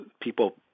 people